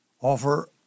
Offer